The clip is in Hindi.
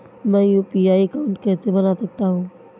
मैं यू.पी.आई अकाउंट कैसे बना सकता हूं?